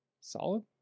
Solid